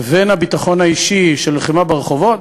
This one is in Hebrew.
לבין הביטחון האישי של לחימה ברחובות,